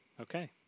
Okay